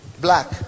Black